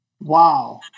Wow